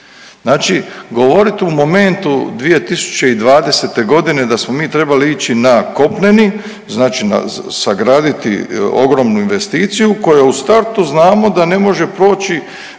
Znači govorit u momentu 2020. godine da smo mi trebali ići na kopneni, znači sagraditi ogromnu investiciju koja u startu znamo da ne može proći